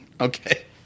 Okay